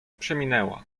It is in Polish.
przeminęła